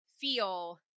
feel